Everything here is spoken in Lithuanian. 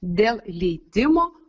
dėl leidimo